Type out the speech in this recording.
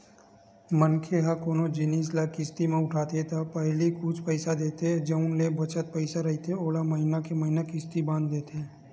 मनखे ह कोनो जिनिस ल किस्ती म उठाथे त पहिली कुछ पइसा देथे अउ जेन बचत पइसा रहिथे ओला महिना के महिना किस्ती बांध देथे